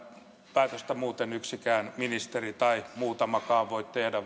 päätöstä yksikään ministeri tai muutamakaan voi tehdä